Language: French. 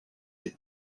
des